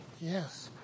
yes